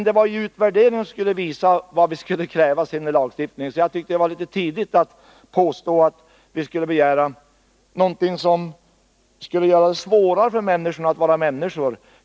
Det var ju utvärderingen som skulle visa vad vi sedan skulle kräva i lagstiftningen, så jag tycker det är litet tidigt att påstå att vi skulle begära någonting som skulle göra det svårare för människorna att vara människor.